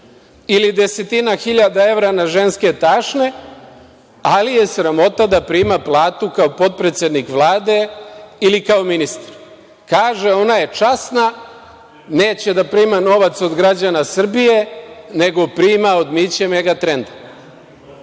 ili desetina hiljada evra na ženske tašne, ali je sramota da prima platu kao potpredsednik Vlade ili kao ministar. Kaže, ona je časna, neće da prima novac od građana Srbije, nego prima od Miće Megatrenda.